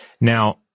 Now